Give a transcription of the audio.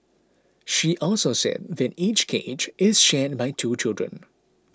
she also said that each cage is shared by two children